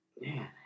Man